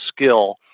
skill